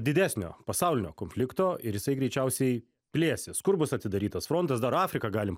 didesnio pasaulinio konflikto ir jisai greičiausiai plėsis kur bus atidarytas frontas dar afriką galim